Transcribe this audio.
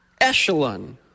echelon